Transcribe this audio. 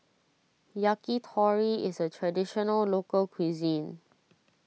Yakitori is a Traditional Local Cuisine